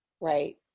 right